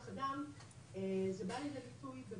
ב-2021 היו תשעה מעסיקים --- בדיוק.